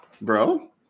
Bro